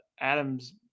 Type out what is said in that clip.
Adams